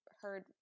heard